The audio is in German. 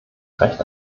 recht